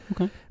okay